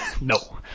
No